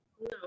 no